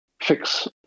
fix